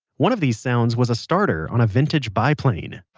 one of these sounds was a starter on a vintage biplane.